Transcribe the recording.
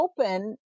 open